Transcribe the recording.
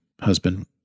husband